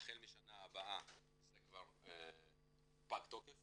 החל משנה הבאה זה כבר פג תוקף,